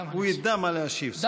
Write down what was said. הוא ידע מה להשיב, סמוך עליו.